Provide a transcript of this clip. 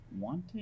Wanting